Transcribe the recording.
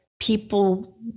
people